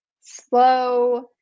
slow